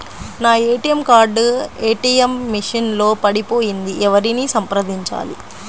నా ATM card ATM machine లో పడిపోయింది ఎవరిని సంప్రదించాలి?